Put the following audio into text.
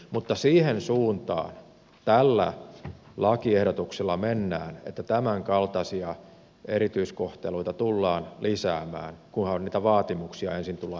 mutta siihen suuntaan tällä lakiehdotuksella mennään että tämänkaltaisia erityiskohteluita tullaan lisäämään kunhan niitä vaatimuksia ensin tullaan esittämään